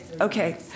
okay